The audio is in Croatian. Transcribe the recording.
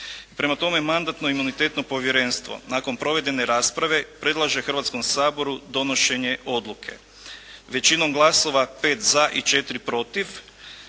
Prema tome, Mandatno-imunitetno povjerenstvo nakon provedene rasprave predlaže Hrvatskom saboru donošenje odluke većinom glasova 5 za i 4 protiv.